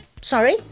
Sorry